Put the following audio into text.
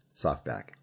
softback